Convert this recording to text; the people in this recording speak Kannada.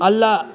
ಅಲ್ಲ